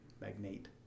Magnate